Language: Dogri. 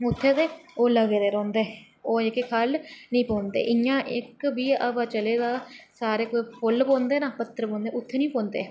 उत्थें ते ओह् लगदे रौहंदे ते ओह् ख'ल्ल नेईं पौंदे इं'या इक्क बी हवा चलै तां साढ़े ख'ल्ल पौंदे ना उत्थें निं पौंदे